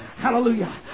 Hallelujah